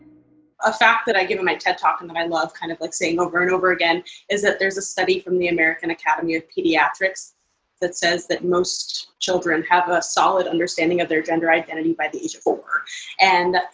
a fact that i give in my ted talk and that i love kind of like saying over and over again is that there's a study from the american academy of pediatrics that says that most children have a solid understanding of their gender identity by the age of four. and